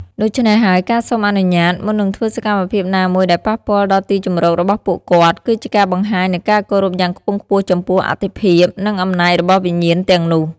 ដូច្នេះហើយ ការសុំអនុញ្ញាត មុននឹងធ្វើសកម្មភាពណាមួយដែលប៉ះពាល់ដល់ទីជម្រករបស់ពួកគាត់ គឺជាការបង្ហាញនូវការគោរពយ៉ាងខ្ពង់ខ្ពស់ចំពោះអត្ថិភាព និងអំណាចរបស់វិញ្ញាណទាំងនោះ។